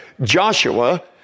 Joshua